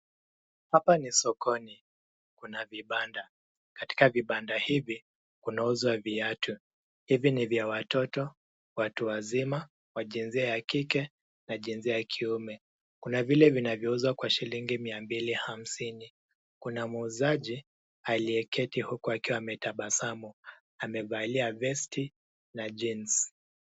Hapa ni sokoni, kuna vibanda. Katika vibanda hivi kunauzwa viatu. Hivi ni vya watoto, watu wazima, wajinsia ya kike na jinsia ya kiume. Kuna vile vinavyouzwa kwa shilingi 250. Kuna muuzaji aliyeketi huku akiwa ametabasamu, amevalia vesti la jeans .